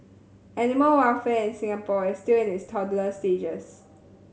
animal welfare in Singapore is still in its toddler stages